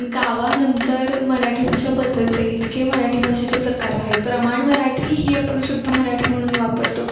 गावानंतर मराठी भाषा बदलते इतके मराठी भाषेचे प्रकार आहेत प्रमाण मराठी ही आपण शुद्ध मराठी म्हणून वापरतो